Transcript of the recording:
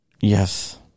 Yes